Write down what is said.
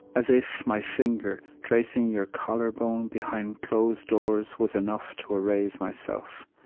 as if my finger, tracing your collarbone behind closed doors, was enough to erase myself.